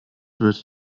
wird